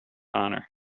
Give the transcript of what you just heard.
honor